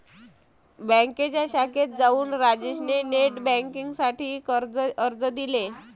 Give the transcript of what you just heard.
बँकेच्या शाखेत जाऊन राजेश ने नेट बेन्किंग साठी अर्ज दिले